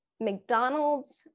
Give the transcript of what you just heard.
McDonald's